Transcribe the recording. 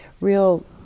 real